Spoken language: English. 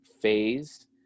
phase